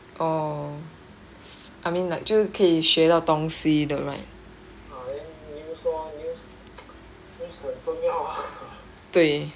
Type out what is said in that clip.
oh I mean like 就可以学到东西的 right 对